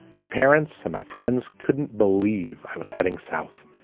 my parents and my friends couldn't believe i was heading south,